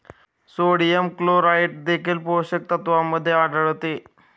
sodium chloride देखील पोषक तत्वांमध्ये आढळते